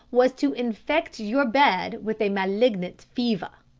was to infect your bed with a malignant fever.